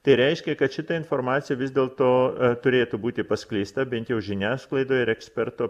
tai reiškia kad šita informacija vis dėlto turėtų būti paskleista bent jau žiniasklaidoj ir eksperto